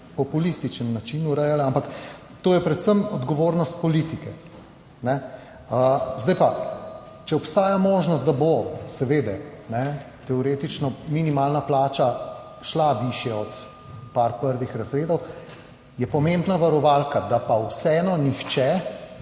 populističen način urejale, ampak to je predvsem odgovornost politike, ne. Zdaj pa, če obstaja možnost, da bo seveda teoretično, minimalna plača šla višja od par prvih razredov je pomembna varovalka, da pa vseeno nihče